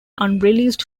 unreleased